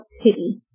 pity